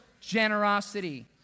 generosity